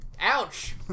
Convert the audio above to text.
Ouch